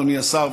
אדוני השר,